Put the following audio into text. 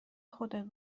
خودت